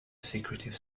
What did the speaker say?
secretive